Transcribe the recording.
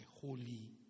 holy